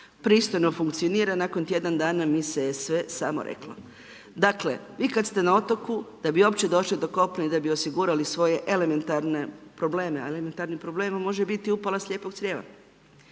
pristojno funkcionira, nakon tjedan dana mi se sve samo reklo. Dakle vi kad ste na otoku, da bi uopće došli do kopna i da bi osigurali svoje elementarne probleme, a elementarni problem može biti upala slijepog crijeva.